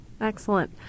Excellent